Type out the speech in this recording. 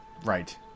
Right